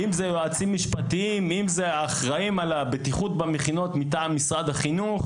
יועצים משפטיים או אחראים על הבטיחות במכינות מטעם משרד החינוך